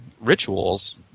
rituals